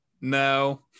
no